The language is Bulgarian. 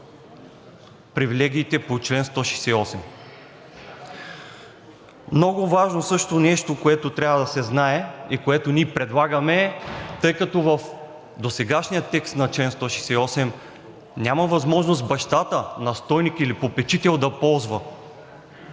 привилегиите по чл. 168. Също много важно нещо, което трябва да се знае и което ние предлагаме, тъй като в досегашния текст на чл. 168 няма възможност бащата, настойник или попечител да ползва